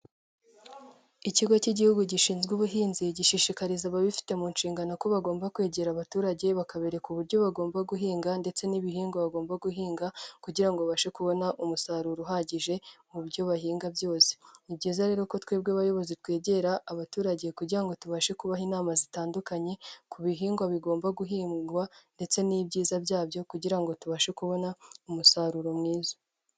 Ikigo cy'igihugu gishinzwe ubuhinzi gishishikariza ababifite mu nshingano ko bagomba kwegera abaturage bakabereka uburyo bagomba guhinga ndetse n'ibihingwa bagomba guhinga kugira babashe kubona umusaruro uhagije mu byo bahinga byose, ni byiza rero ko twebwe abayobozi twegera abaturage kugira ngo tubashe kubaha inama zitandukanye ku bihingwa bigomba guhingwa ndetse n'ibyiza byabyo kugira ngo tubashe kubona umusaruro mwiza.